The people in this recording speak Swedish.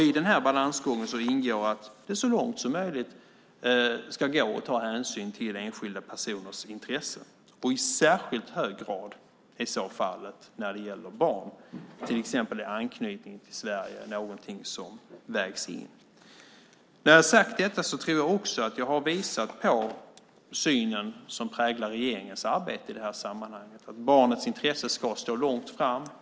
I den här balansgången ingår att det så långt som möjligt ska gå att ta hänsyn till enskilda personers intresse. I särskilt hög grad är så fallet när det gäller barn. Till exempel är anknytning till Sverige någonting som vägs in. När jag har sagt detta tror jag också att jag har visat på den syn som präglar regeringens arbete i det här sammanhanget, att barnets intresse ska stå långt fram.